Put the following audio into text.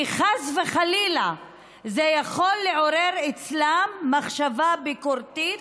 כי חס וחלילה זה יכול לעורר אצלם מחשבה ביקורתית,